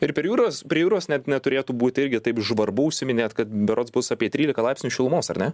ir per jūros prie jūros net neturėtų būti irgi taip žvarbu užsiminėt kad berods bus apie trylika laipsnių šilumos ar ne